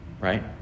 right